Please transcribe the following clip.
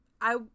I-